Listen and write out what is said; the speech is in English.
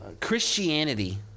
Christianity